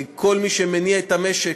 כל מי שמניע את המשק,